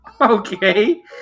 Okay